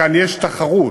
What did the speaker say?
וכאן יש תחרות,